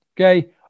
Okay